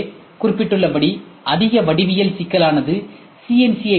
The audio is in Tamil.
மேலே குறிப்பிட்டுள்ளபடி அதிக வடிவியல் சிக்கலானது சி